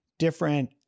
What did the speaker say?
different